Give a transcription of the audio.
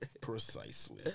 Precisely